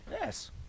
Yes